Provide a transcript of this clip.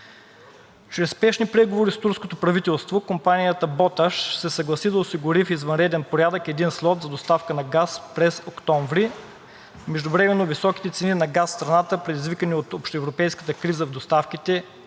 Чрез спешни преговори с турското правителство компанията „Боташ“ се съгласи да осигури в извънреден порядък един слот за доставка на газ през октомври. Междувременно високите цени на газа в страната, предизвикани от общоевропейската криза в доставките,